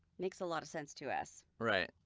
makes a lot of sense to us, right?